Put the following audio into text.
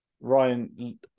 Ryan